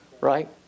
right